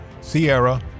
Sierra